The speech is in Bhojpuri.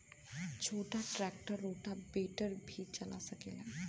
छोटा ट्रेक्टर रोटावेटर भी चला सकेला?